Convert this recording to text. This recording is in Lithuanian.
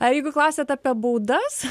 jeigu klausiate apie baudas